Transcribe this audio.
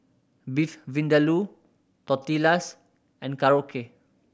Beef Vindaloo Tortillas and Korokke